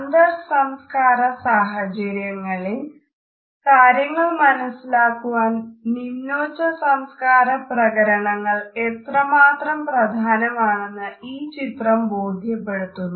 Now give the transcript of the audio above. അന്തർസംസ്കാര സാഹചര്യങ്ങളിൽ കാര്യങ്ങൾ മനസ്സിലാക്കുവാൻ നിമ്നോച്ച സംസ്കാര പ്രകരണങ്ങൾ എത്രമാത്രം പ്രധാനമാണെന്ന് ഈ ചിത്രം ബോധ്യപ്പെടുത്തുന്നു